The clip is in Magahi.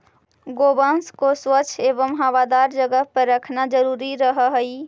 गोवंश को स्वच्छ एवं हवादार जगह पर रखना जरूरी रहअ हई